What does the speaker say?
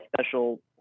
special